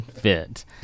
fit